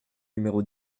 numéro